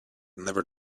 never